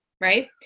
Right